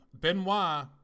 Benoit